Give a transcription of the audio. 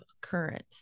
current